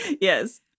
yes